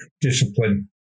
discipline